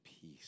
peace